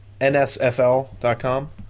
nsfl.com